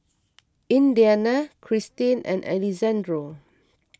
Indiana Kristyn and Alexandro